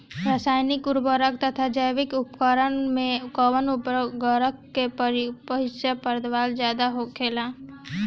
रसायनिक उर्वरक तथा जैविक उर्वरक में कउन उर्वरक के उपयोग कइला से पैदावार ज्यादा होखेला?